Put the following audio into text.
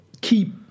keep